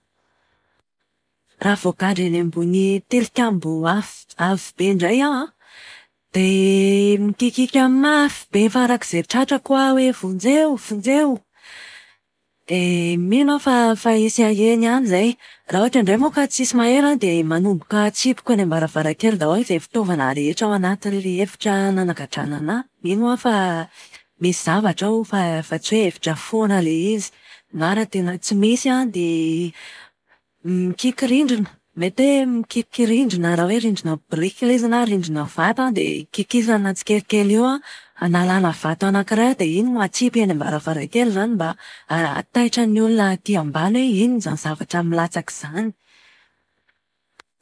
Raha voagadra eny ambony tilikambo afo avo be indray aho an, dia mikiakiaka mafy be farak'izay tratrako aho hoe vonjeo, vonjeo! Dia mino aho fa hisy haheno ihany izay. Raha ohatra indray moa ka tsisy maheno an, dia manomboka atsipiko eny am-baravarankely daholo izay fitaovana rehetra ao anatin'ilay efitra nanagadrana anahy. Mino aho fa misy zavatra ao fa fa tsy hoe efitra foana ilay izy. Na raha tena tsy misy an, dia mikiky rindrina. Mety hoe mikiky rindrina raha hoe rindrina biriky ilay izy na rindrina vato an, dia kikisana tsikelikely eo an, hanalana vato anakiray an dia iny no atsipy eny am-baravarankely izany mba ahataitra ny olona aty ambany hoe inona izany zavatra milatsaka izany.